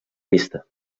pista